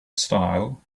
style